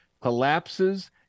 collapses